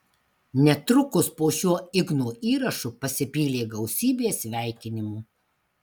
netrukus po šiuo igno įrašu pasipylė gausybė sveikinimų